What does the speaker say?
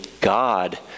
God